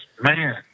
man